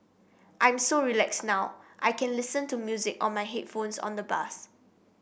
I'm so relaxed now I can listen to music on my headphones on the bus